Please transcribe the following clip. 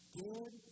good